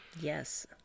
Yes